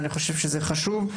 ואני חושב שזה חשוב,